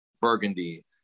burgundy